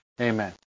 Amen